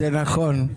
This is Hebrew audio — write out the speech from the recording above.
זה נכון.